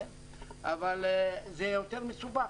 אבל זה יותר מסובך.